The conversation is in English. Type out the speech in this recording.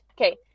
okay